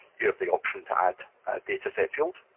you have the option to add a dataset field,